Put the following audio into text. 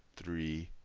three,